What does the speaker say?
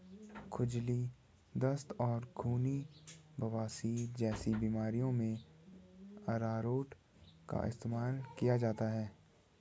खुजली, दस्त और खूनी बवासीर जैसी बीमारियों में अरारोट का इस्तेमाल किया जाता है